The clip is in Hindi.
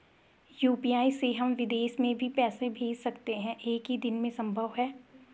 यु.पी.आई से हम विदेश में भी पैसे भेज सकते हैं एक ही दिन में संभव है?